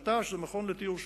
מט"ש, מכון לטיהור שפכים.